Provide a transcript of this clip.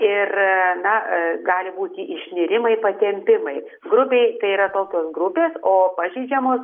ir na gali būti išnirimai patempimai grubiai tai yra tokios grupės o pažeidžiamos